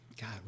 God